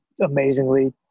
amazingly